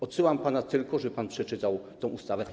Odsyłam pana, żeby pan przeczytał tę ustawę.